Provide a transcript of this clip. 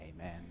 Amen